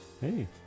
Hey